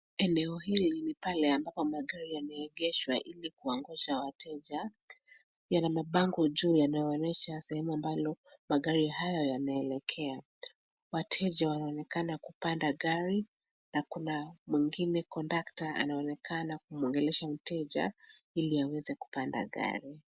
Eneo hili ni pale ambapo magari yameegeshwa ili kuwangoja wateja. Yana mabango juu yanayoonyesha sehemu ambalo magari hayo yanaelekea. Wateja wanaonekana kupanda gari na Kuna mwingine kondakta anaonekana kumuongelesha mteja ili aweze kupanda gari.